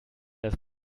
das